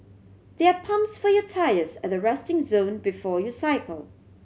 there are pumps for your tyres at the resting zone before you cycle